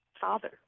father